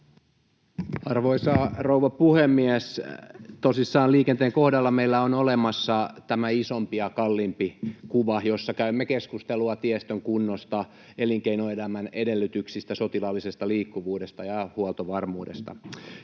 Arvoisa rouva puhemies! Tosissaan liikenteen kohdalla meillä on olemassa tämä isompi ja kalliimpi kuva, jossa käymme keskustelua tiestön kunnosta, elinkeinoelämän edellytyksistä, sotilaallisesta liikkuvuudesta ja huoltovarmuudesta.